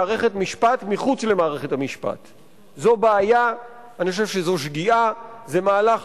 מחר תהיה פגיעה גם בציבורים אחרים,